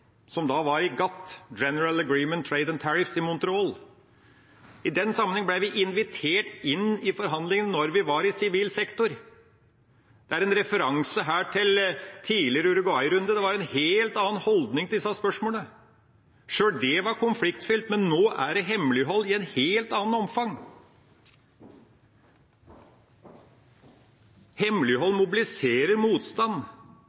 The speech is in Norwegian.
General Agreement on Tariffs and Trade, i Montreal. I den sammenheng ble vi invitert inn i forhandlingene når vi var i sivil sektor. Det er en referanse her til tidligere Uruguay-runde, men det var en helt annen holdning til disse spørsmålene. Sjøl det var konfliktfylt, men nå er det hemmelighold i et helt annet omfang. Hemmelighold mobiliserer